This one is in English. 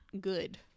good